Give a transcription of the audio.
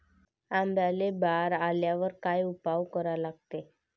आंब्याले बार आल्यावर काय उपाव करा लागते?